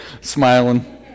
smiling